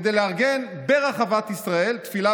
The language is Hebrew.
הביאו מחיצות כדי לארגן ב'רחבת ישראל' תפילה